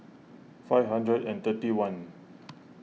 five hundred and thirty one